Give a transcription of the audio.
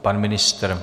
Pan ministr?